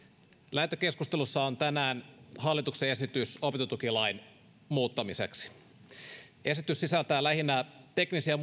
lähetekeskustelussa on tänään hallituksen esitys opintotukilain muuttamiseksi esitys sisältää lähinnä teknisiä